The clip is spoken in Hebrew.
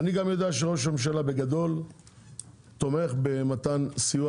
אני גם יודע שראש הממשלה בגדול תומך במתן סיוע